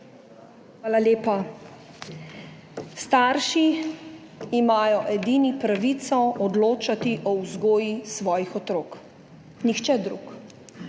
Hvala lepa. Starši imajo edini pravico odločati o vzgoji svojih otrok. Nihče drug.